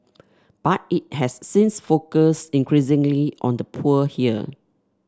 but it has since focused increasingly on the poor here